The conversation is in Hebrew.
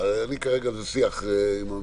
אני רוצה להתייחס לסעיף הזה